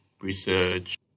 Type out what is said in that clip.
research